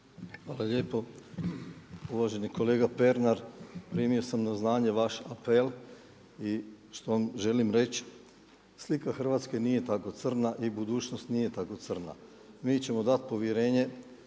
Hvala lijepo. Uvaženi kolega Pernar primio sam na znanje vaš apel i što želim reći? Slika Hrvatske nije tako crna i budućnost nije tako crna. Mi ćemo dati povjerenje